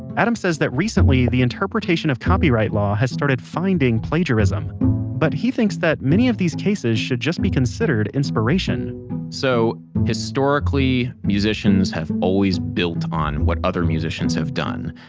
adam says that recently the interpretation of copyright law has started finding plagiarism but he thinks many of these cases should just be considered inspiration so historically, musicians have always built on what other musicians have done.